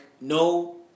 no